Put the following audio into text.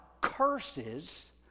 curses